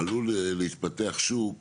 עלול להתפתח שוק